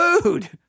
food